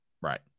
Right